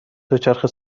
دوچرخه